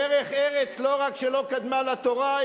דרך ארץ לא רק שלא קדמה לתורה,